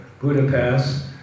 Budapest